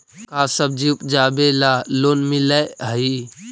का सब्जी उपजाबेला लोन मिलै हई?